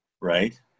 Right